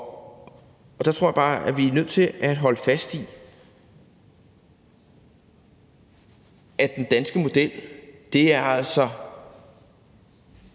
Der tror jeg bare, at vi er nødt til at holde fast i, at den danske model altså